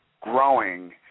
growing